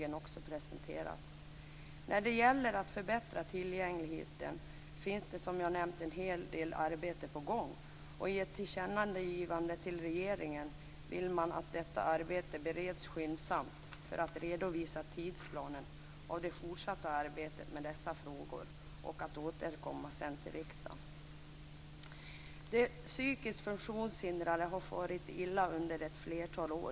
När det gäller att förbättra tillgängligheten finns det, som jag har nämnt, en hel del arbete på gång, och i ett tillkännandegivande till regeringen uttalas att man vill att detta arbete skall beredas skyndsamt och att regeringen sedan skall återkomma till riksdagen. Vi vet att de psykiskt funktionshindrade har farit illa under ett flertal år.